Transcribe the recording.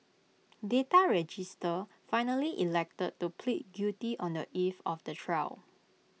data register finally elected to plead guilty on the eve of the trial